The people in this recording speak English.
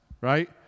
right